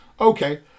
Okay